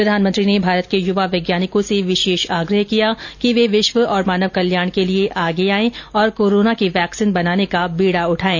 प्रधानमंत्री ने भारत के युवा वैज्ञानिकों से विशेष आग्रह किया कि वे विश्व और मानव कल्याण के लिए आगे आयें और कोरोना की वैक्सीन बनाने का बीडा उठाये